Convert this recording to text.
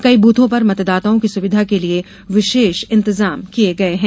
कई बूथों पर मतदाताओं की सुविधा के विशेष इंतजाम किये गये हैं